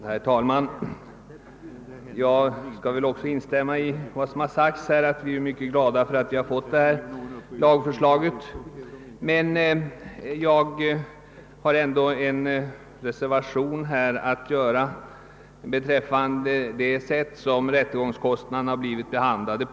Herr talman! Jag skall väl också instämma i vad som har sagts här, att vi är mycket glada över att vi har fått detta lagförslag. Men jag har ändå en reservation att göra, nämligen beträffande det sätt på vilket rättegångskostnaderna har blivit behandlade.